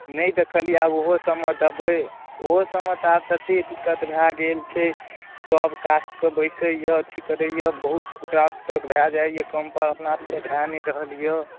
नहि देखलियै आ ओहोसबमे देबै ओहोसबमे तऽ आब ततेक दिक्कत भए गेल छै सब कास्टके बैसैए अथी करैए बहुत ओकरा सबके भए जाइए कम पर अपना सबके भए नहि रहल यऽ